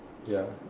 ya